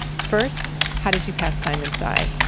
first, how did you pass time inside?